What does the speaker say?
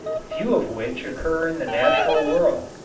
few of which occur in the natural world.